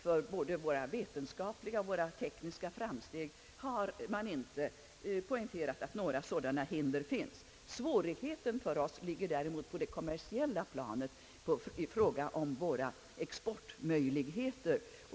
Varken från tekniskt eller vetenskapligt håll har man poängterat några sådana farhågor. Svårigheter för oss kan däremot ligga på det kommersiella planet, i fråga om våra exportmöjligheter.